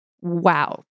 Wow